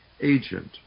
agent